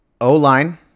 O-line